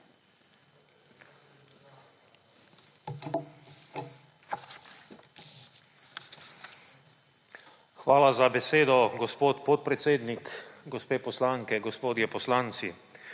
Hvala za besedo, gospod podpredsednik. Gospe poslanke, gospodje poslanci!